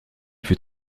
fut